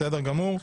בסדר גמור.